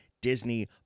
Disney